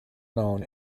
known